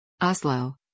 Oslo